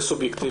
זה סובייקטיבי.